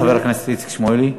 חבר הכנסת איציק שמולי.